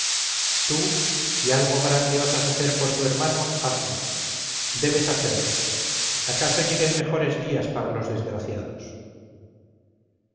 tú si algo grande osas hacer por tu hermano hazlo debes hacerlo acaso lleguen mejores días para los desgraciados